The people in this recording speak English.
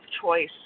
choice